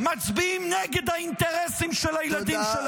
-- מצביעים נגד האינטרסים של הילדים שלהם.